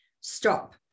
stop